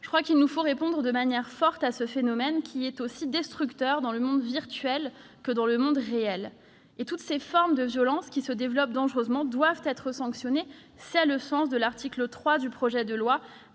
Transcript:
Auclert. Il nous faut répondre de manière forte à ce phénomène, qui est aussi destructeur dans le monde virtuel que dans le monde réel. Toutes ces formes de violence qui se développent dangereusement doivent être sanctionnées. Tel est l'objet de l'article 3 du projet de loi,